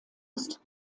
ist